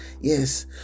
Yes